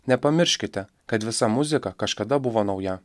nepamirškite kad visa muzika kažkada buvo nauja